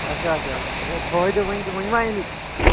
اچھا اچھا فٲیدٕ ؤنۍ تُہۍ ؤنۍوا اَمِکۍ